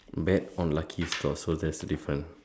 bet on lucky stores so that's a different